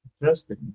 Interesting